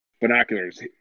binoculars